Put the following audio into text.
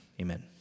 Amen